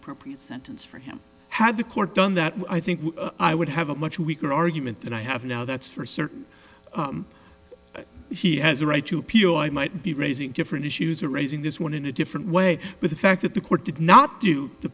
appropriate sentence for him had the court done that i think i would have a much weaker argument than i have now that's for certain he has a right to appeal i might be raising different issues or raising this one in a different way but the fact that the court did not do the